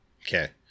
Okay